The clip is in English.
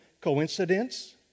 Coincidence